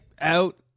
out